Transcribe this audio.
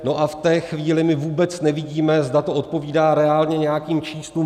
No a v té chvíli my vůbec nevidíme, zda to odpovídá reálně nějakým číslům.